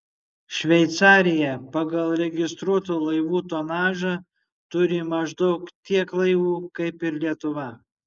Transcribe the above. šveicarija pagal registruotų laivų tonažą turi maždaug tiek laivų kaip ir lietuva